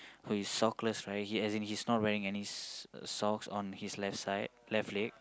who is sockless right as in he is not wearing any socks on his left side left leg